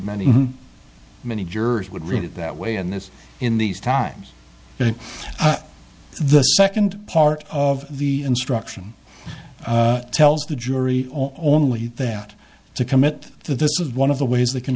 many many jurors would read it that way in this in these times the second part of the instruction tells the jury only that to commit to this is one of the ways they can